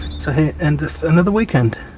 so here endeth another weekend.